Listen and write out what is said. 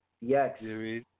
Yes